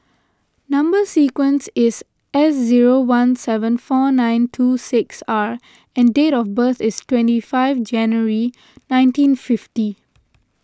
Number Sequence is S zero one seven four nine two six R and date of birth is twenty five January nineteen fifty